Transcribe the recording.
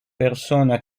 persona